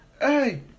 Hey